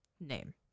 Name